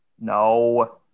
No